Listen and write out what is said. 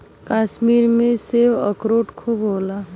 कश्मीर में सेब, अखरोट खूब होला